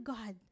God